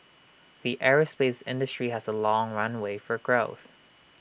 the aerospace industry has A long runway for growth